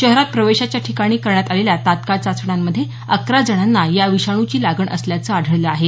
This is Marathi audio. शहरात प्रवेशाच्या ठिकाणी करण्यात आलेल्या तात्काळ चाचण्यांमधे अकरा जणांना या विषाणूची लागण असल्याचं आढळलं आहे